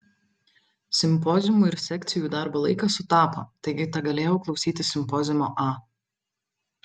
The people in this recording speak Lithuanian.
simpoziumų ir sekcijų darbo laikas sutapo taigi tegalėjau klausytis simpoziumo a